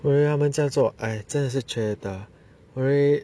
他们这样做哎真的是缺德